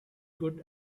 good